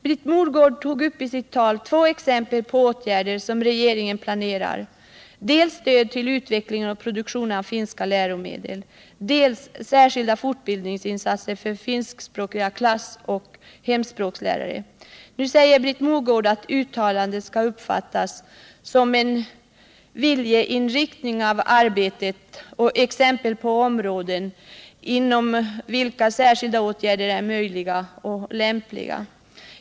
Britt Mogård tog i sitt tal upp två exempel på åtgärder som regeringen planerar, nämligen dels stöd till utveckling och produktion av finska läromedel, dels särskilda fortbildningsinsatser för finskspråkiga klassoch hemspråkslärare. Nu säger Britt Mogård att uttalandet skall uppfattas som ”en viljeinriktning för arbetet och tar upp områden inom vilka särskilda åtgärder är möjliga och lämpliga”.